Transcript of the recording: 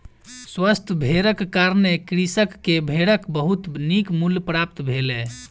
स्वस्थ भेड़क कारणें कृषक के भेड़क बहुत नीक मूल्य प्राप्त भेलै